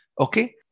okay